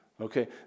Okay